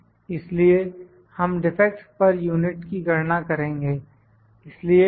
इसलिए हम defects per unit की गणना करेंगे